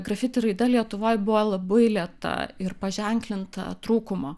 grafiti raida lietuvoj buvo labai lėta ir paženklinta trūkumo